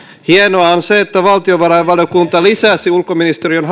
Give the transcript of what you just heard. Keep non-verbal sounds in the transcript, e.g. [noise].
hienoa on se että valtiovarainvaliokunta lisäsi ulkoministeriön [unintelligible]